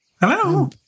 Hello